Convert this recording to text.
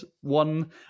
one